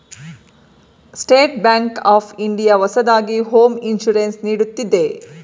state Bank of India ಹೊಸದಾಗಿ home insurance ನೀಡುತ್ತಿದೆ